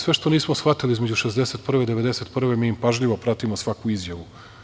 Sve što nismo shvatili između 1961. i 1991. godine mi im pažljivo pratimo svaku izjavu.